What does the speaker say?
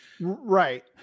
Right